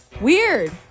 Weird